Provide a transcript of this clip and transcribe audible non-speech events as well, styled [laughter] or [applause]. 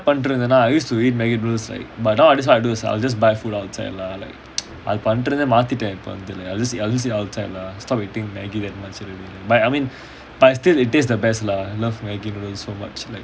பண்றதுனா:panrathuna I use to eat maggi noodles like but nowadays what I do is I'll just buy food outside lah like [noise] அதுபண்றதுமாத்திக்க:adhu panrathu maathika I will just eat outside lah stop eating maggi that much already but I mean but it still tastes the best lah I love maggi noodles so much